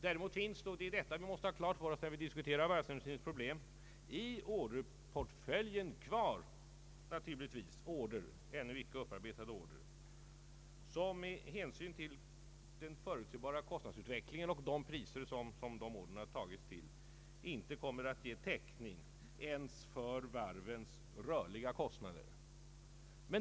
Däremot finns det — och det måste vi ha klart för oss när vi diskuterar varvsindustrins problem -— i orderportföljen naturligtvis kvar ännu icke upparbetade order som med hänsyn till den förutsebara kostnadsutvecklingen och de priser som dessa order har tagits till inte kommer att ge täckning ens för varvens rörliga kostnader.